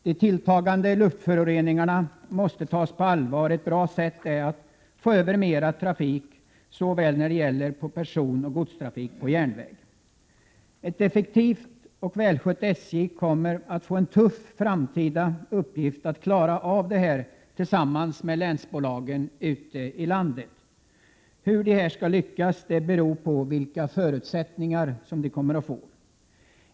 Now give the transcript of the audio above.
De tilltagande luftföroreningarna måste tas på allvar, och ett bra sätt är att föra över mera såväl personsom godstrafik på järnväg. Ett effektivt och välskött SJ kommer att få en tuff framtida uppgift när det gäller att klara av detta tillsammans med länsbolagen ute i landet. Hur det hela skall lyckas beror mycket på vilka förutsättningar man får.